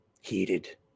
heated